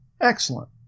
Excellent